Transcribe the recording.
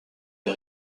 les